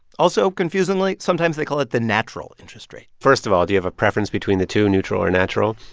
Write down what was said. also, confusingly, sometimes they call it the natural interest rate first of all, do you have a preference between the two, neutral or natural?